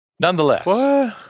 Nonetheless